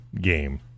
game